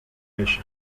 ella